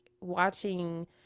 watching